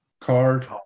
card